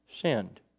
sinned